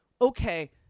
Okay